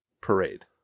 parade